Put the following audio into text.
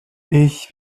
ich